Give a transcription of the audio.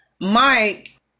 Mike